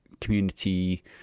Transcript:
community